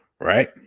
right